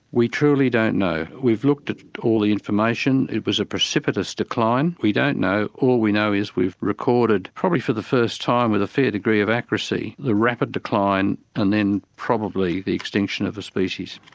we truly don't know. we've looked at all the information. it was a precipitous decline, we don't know. all we know is we've recorded, probably for the first time with a fair degree of accuracy, the rapid decline and probably the extinction of a species.